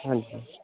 ਹਾਂਜੀ